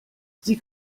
sie